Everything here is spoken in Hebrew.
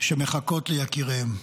שמחכות ליקיריהן.